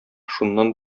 шуннан